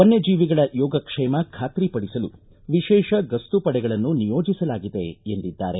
ವನ್ಯ ಜೀವಿಗಳ ಯೋಗಕ್ಷೇಮ ಖಾತ್ರಿ ಪಡಿಸಲು ವಿಶೇಷ ಗಸ್ತು ಪಡೆಗಳನ್ನು ನಿಯೋಜಿಸಲಾಗಿದೆ ಎಂದಿದ್ದಾರೆ